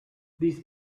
this